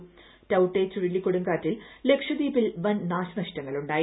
ടൌട്ടെ ചുഴലിക്കൊടുങ്കാറ്റിൽ ലക്ഷദ്വീപിൽ വൻ നാശനഷ്ടങ്ങളുണ്ടായി